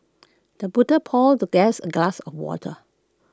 the butler poured the guest A glass of water